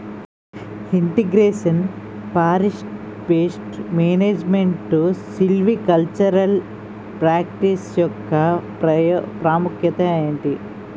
integration forest pest management silvicultural practice యెక్క ప్రాముఖ్యత ఏంటి